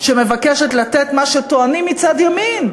שמבקשת לתת מה שטוענים מצד ימין,